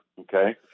Okay